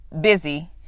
busy